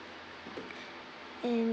and